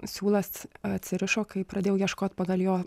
siūlas atsirišo kai pradėjau ieškoti pagal jo